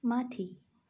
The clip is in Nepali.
माथि